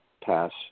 Pass